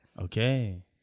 Okay